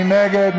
מי נגד?